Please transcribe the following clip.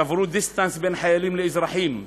שברו דיסטנס בין חיילים לאזרחים,